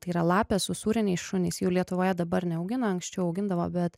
tai yra lapės usūriniai šunys jų lietuvoje dabar neaugina anksčiau augindavo bet